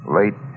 late